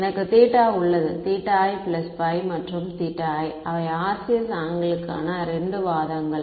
எனக்கு தீட்டா உள்ளது i மற்றும் i அவை RCS ஆங்கிளுக்கான 2 வாதங்கள்